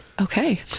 Okay